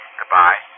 Goodbye